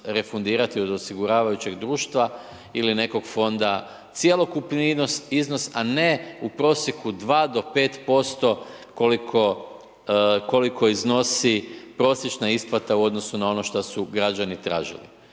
refundirati od osiguravajućeg društva ili nekog fonda cjelokupni iznos a ne u prosjeku 2 do 5% koliko iznosi prosječna isplata u odnosu na ono što su građani tražili.